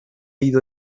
ido